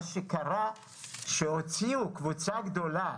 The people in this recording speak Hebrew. מה שקרה זה שהוציאו קבוצה גדולה